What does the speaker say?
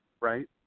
right